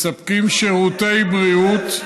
מספקים שירותי בריאות,